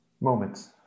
moments